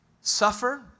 suffer